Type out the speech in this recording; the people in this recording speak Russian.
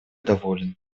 доволен